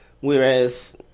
whereas